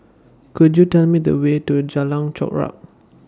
Could YOU Tell Me The Way to Jalan Chorak